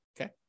okay